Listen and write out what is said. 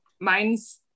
Mine's